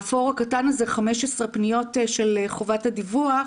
האפור הקטן הזה 15 פניות של חובת הדיווח,